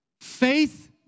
Faith